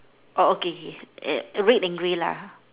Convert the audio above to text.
oh okay K eh red and grey lah